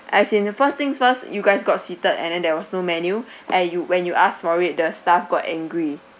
as in the first things first you guys got seated and there was no menu and you when you asked for it the staff got angry